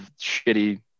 shitty